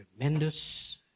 tremendous